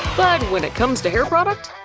but when it comes to hair product,